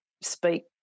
speak